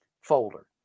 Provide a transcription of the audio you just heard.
folder